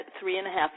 three-and-a-half